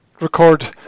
record